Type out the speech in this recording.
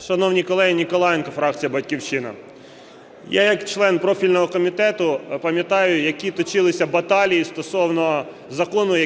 Шановні колеги! Ніколаєнко, фракція "Батьківщина". Я як член профільного комітету пам'ятаю, які точилися баталії стосовно закону,